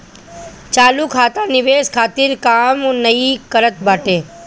चालू खाता निवेश खातिर काम नाइ करत बाटे